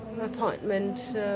appointment